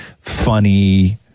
funny